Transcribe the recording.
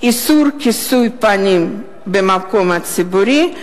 איסור כיסוי פנים במקום ציבורי),